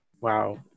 Wow